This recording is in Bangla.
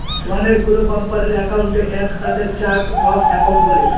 অনেকগুলো কোম্পানির একাউন্টকে এক সাথে চার্ট অফ একাউন্ট বলে